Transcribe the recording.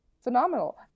phenomenal